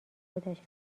خودش